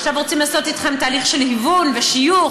עכשיו רוצים לעשות אתכם תהליך של היוון ושיוך